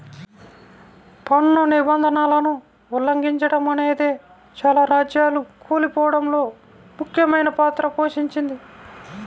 పన్ను నిబంధనలను ఉల్లంఘిచడమనేదే చాలా రాజ్యాలు కూలిపోడంలో ముఖ్యమైన పాత్ర పోషించింది